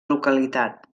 localitat